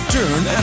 Turn